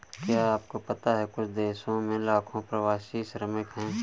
क्या आपको पता है कुछ देशों में लाखों प्रवासी श्रमिक हैं?